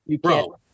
Bro